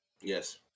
Yes